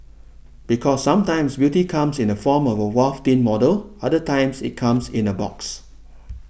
because sometimes beauty comes in the form of a waif thin model other times it comes in a box